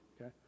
okay